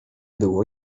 było